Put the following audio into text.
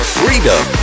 freedom